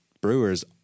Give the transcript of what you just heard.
brewers